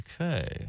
Okay